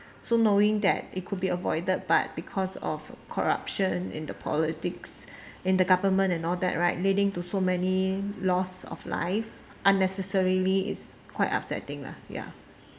so knowing that it could be avoided but because of corruption in the politics in the government and all that right leading to so many loss of life unnecessarily is quite upsetting lah ya